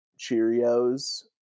Cheerios